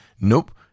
Nope